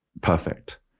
perfect